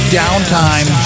downtime